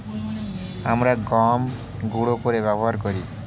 আমরা গম গুঁড়ো করে ব্যবহার করি